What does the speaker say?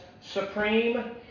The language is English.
supreme